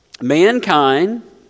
Mankind